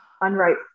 unripe